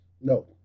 No